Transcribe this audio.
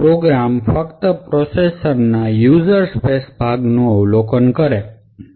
programme ફક્ત પ્રોસેસના user space ભાગનું અવલોકન કરે છે